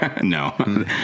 No